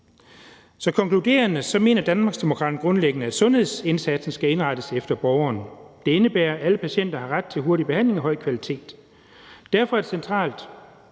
Så konkluderende mener Danmarksdemokraterne grundlæggende, at sundhedsindsatsen skal indrettes efter borgeren. Det indebærer, at alle patienter har ret til hurtig behandling af høj kvalitet. Derfor er det centralt,